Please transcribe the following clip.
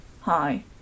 Hi